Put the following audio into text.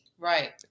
Right